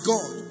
God